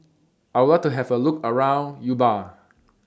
I Would like to Have A Look around Juba